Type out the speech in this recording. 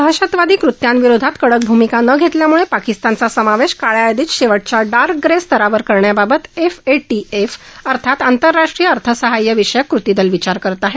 दहशतवादी कृत्यांविरोधात कडक भूमिका न घेतल्यामुळे पाकिस्तानचा समावेश काळ्या यादीत शेवटच्या डार्क ग्रे स्तरावर करण्याबाबत एफएटीएफ अर्थात आंतरराष्ट्रीय अर्थसहाय्य विषयक कृतीदल विचार करत आहे